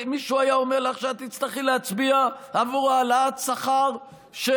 אם מישהו היה אומר לך שאת תצטרכי להצביע בעבור העלאת שכר של